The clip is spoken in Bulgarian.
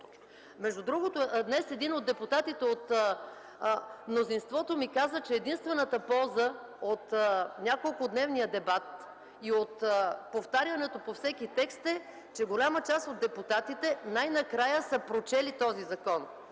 Между другото днес един от депутатите от мнозинството ми каза, че единствената полза от неколкодневния дебат и от повтарянето по всеки текст, е, че голяма част от депутатите най-накрая са прочели закона,